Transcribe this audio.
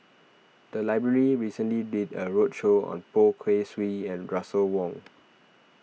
the library recently did a roadshow on Poh Kay Swee and Russel Wong